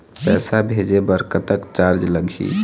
पैसा भेजे बर कतक चार्ज लगही?